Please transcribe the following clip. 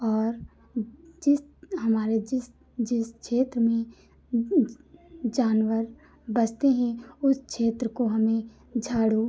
और जिस हमारे जिस जिस क्षेत्र में जानवर बसते हें उस क्षेत्र को हमें झाड़ू